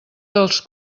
dels